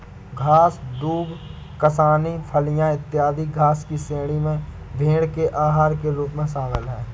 घास, दूब, कासनी, फलियाँ, इत्यादि घास की श्रेणी में भेंड़ के आहार के रूप में शामिल है